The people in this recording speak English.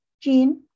gene